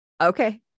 Okay